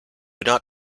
not